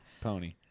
pony